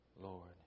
Lord